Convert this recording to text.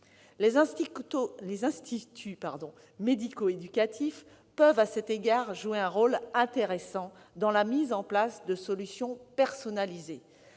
Les instituts médico-éducatifs peuvent à cet égard jouer un rôle intéressant dans la mise en place de solutions personnalisées.